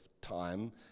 time